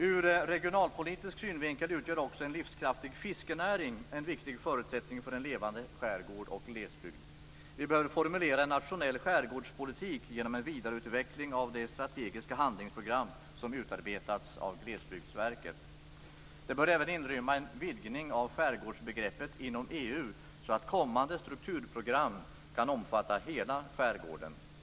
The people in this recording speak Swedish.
Ur regionalpolitisk synvinkel utgör också en livskraftig fiskenäring en viktig förutsättning för en levande skärgård och glesbygd. Vi behöver formulera en nationell skärgårdspolitik genom en vidareutveckling av det strategiska handlingsprogram som utarbetats av Glesbygdsverket. Det bör även inrymma en vidgning av skärgårdsbegreppet inom EU så att kommande strukturprogram kan omfatta hela skärgården.